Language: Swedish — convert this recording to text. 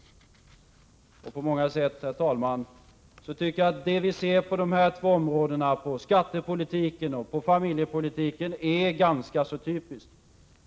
På många sätt är det vi nu ser på dessa två områden — skattepolitiken och familjepolitiken — ganska typiskt.